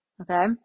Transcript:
Okay